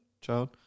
child